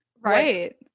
Right